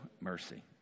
mercy